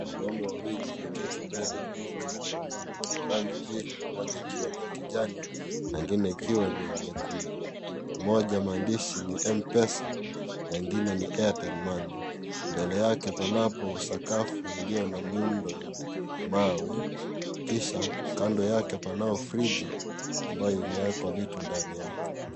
Wanaume wawili wameketi mbele ya duka lililo na rangi mbili. Moja ikiwa ni ya kijani na ingine ikiwa niya nyekundu moja maandishi ni Mpesa na ingine ni Airtel money mbele yake panapo sakafu iliyo na nyundo ya mawe kisha kando yake panao frichi ambao imeekwa vitu ndani yake.